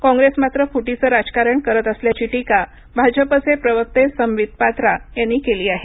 कॉंग्रेस मात्र फ्टीचं राजकारण करत असल्याची टीका भाजपचे प्रवक्ते संबित पात्रा यांनी केली आहे